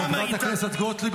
חברת הכנסת גוטליב,